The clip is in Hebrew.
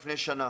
לפני שנה.